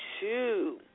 two